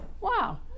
Wow